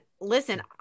Listen